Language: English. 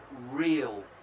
real